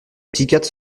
psychiatres